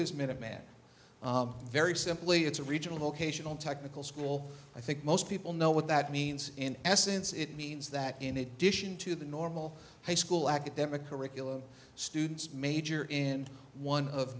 is minute man very simply it's a regional vocational technical school i think most people know what that means in essence it means that in addition to the normal high school academic curriculum students major in one of